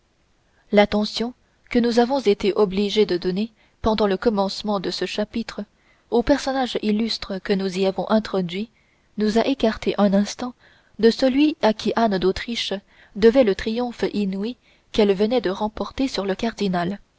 l'attention que nous avons été obligés de donner pendant le commencement de ce chapitre aux personnages illustres que nous y avons introduits nous a écartés un instant de celui à qui anne d'autriche devait le triomphe inouï qu'elle venait de remporter sur le cardinal